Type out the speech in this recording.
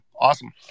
Awesome